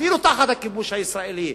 אפילו תחת הכיבוש הישראלי,